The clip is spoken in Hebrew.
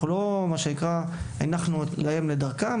לא הנחנו להם לדרכם,